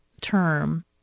term